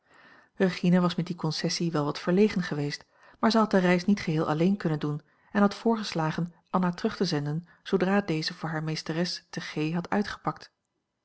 regina was met die concessie wel wat verlegen geweest maar zij had de reis niet geheel alleen kunnen doen en had voorgeslagen anna terug te zenden zoodra deze voor hare meesteres te g had uitgepakt